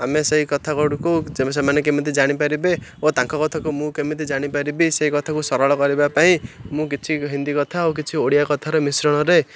ଆମେ ସେଇ କଥାଗୁଡ଼ିକୁ ସେମାନେ କେମିତି ଜାଣିପାରିବେ ଓ ତାଙ୍କ କଥାକୁ ମୁଁ କେମିତି ଜାଣିପାରିବି ସେଇ କଥାକୁ ସରଳ କରିବା ପାଇଁ ମୁଁ କିଛି ହିନ୍ଦୀ କଥା ଓ କିଛି ଓଡ଼ିଆ କଥାର ମିଶ୍ରଣରେ